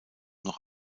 noch